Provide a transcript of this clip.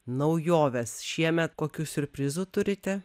naujoves šiemet kokių siurprizų turite